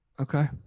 Okay